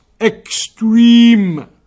extreme